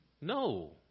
No